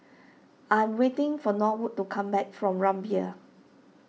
I'm waiting for Norwood to come back from Rumbia